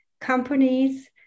companies